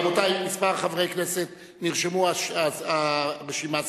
רבותי, כמה חברי כנסת נרשמו, והרשימה סגורה.